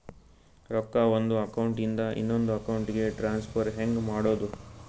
ರೊಕ್ಕ ಒಂದು ಅಕೌಂಟ್ ಇಂದ ಇನ್ನೊಂದು ಅಕೌಂಟಿಗೆ ಟ್ರಾನ್ಸ್ಫರ್ ಹೆಂಗ್ ಮಾಡೋದು?